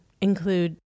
include